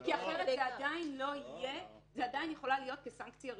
כי אחרת זה עדיין יכולה להיות כסנקציה ראשונה.